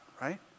right